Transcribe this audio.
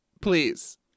please